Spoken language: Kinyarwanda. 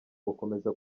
gukomeza